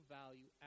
value